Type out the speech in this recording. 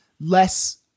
less